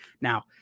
Now